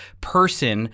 person